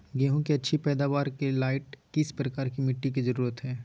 गेंहू की अच्छी पैदाबार के लाइट किस प्रकार की मिटटी की जरुरत है?